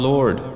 Lord